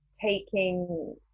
taking